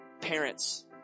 parents